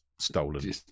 Stolen